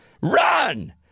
Run